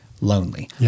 lonely